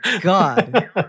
God